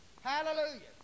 Hallelujah